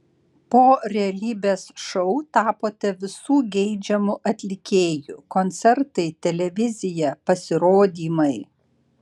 po realybės šou tapote visų geidžiamu atlikėju koncertai televizija pasirodymai